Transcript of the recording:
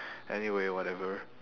anyway whatever